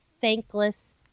thankless